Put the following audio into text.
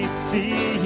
see